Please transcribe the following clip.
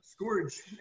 scourge